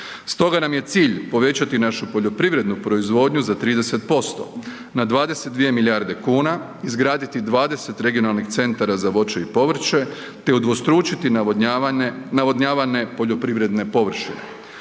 Stoga nam je cilj povećati našu poljoprivrednu proizvodnju za 30% na 22 milijarde kuna, izgraditi 20 regionalnih centara za voće i povrće te udvostručiti navodnjavane poljoprivredne površine.